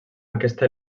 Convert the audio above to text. aquesta